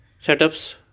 setups